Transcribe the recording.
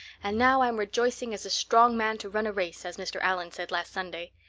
and now i'm rejoicing as a strong man to run a race, as mr. allan said last sunday.